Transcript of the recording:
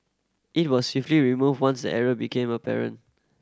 it was swiftly removed once error became apparent